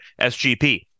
SGP